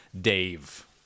Dave